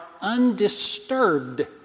undisturbed